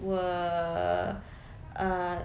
were uh